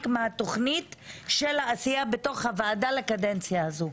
מהתכנית של העשייה בתוך הוועדה לקדנציה הזאת.